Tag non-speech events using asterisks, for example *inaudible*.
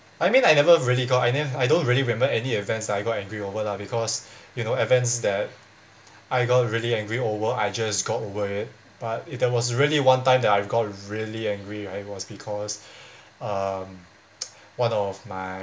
I mean I never really got I nev~ I don't really remember any events that I got angry over lah because you know events that I got really angry over I just got over it but if there was really one time that I've got really angry right was because um *noise* one of my